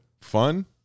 fun